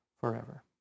forever